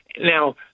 Now